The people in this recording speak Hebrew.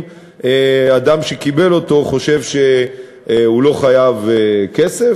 אם אדם שקיבל אותו חושב שהוא לא חייב כסף,